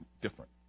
different